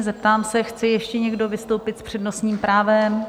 Zeptám se: chce ještě někdo vystoupit s přednostním právem?